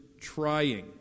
trying